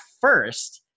first